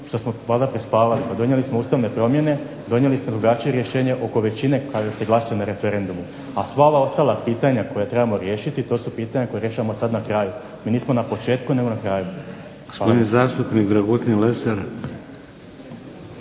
što smo valjda prespavali. Pa donijeli smo ustavne promjene. Donijeli ste drugačije rješenje oko većine kada se glasuje na referendumu, a sva ova ostala pitanja koja trebamo riješiti to su pitanja koja rješavamo sad na kraju. Mi nismo na početku, nego na kraju. **Šeks, Vladimir